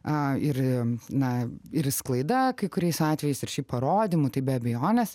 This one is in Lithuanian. a ir na ir sklaida kai kuriais atvejais ir šį parodymu tai be abejonės